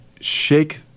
shake